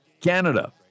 Canada